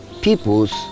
peoples